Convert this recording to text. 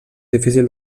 difícil